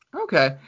Okay